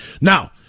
Now